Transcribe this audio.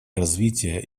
развития